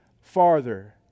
farther